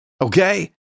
okay